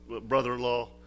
brother-in-law